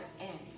end